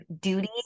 duty